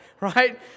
right